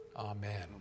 Amen